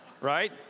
Right